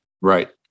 Right